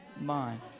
mind